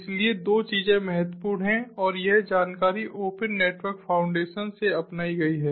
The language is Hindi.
इसलिए दो चीजें महत्वपूर्ण हैं और यह जानकारी ओपन नेटवर्क फाउंडेशन से अपनाई गई है